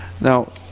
now